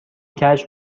کشف